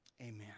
amen